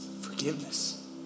forgiveness